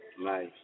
Nice